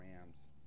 Rams